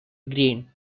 green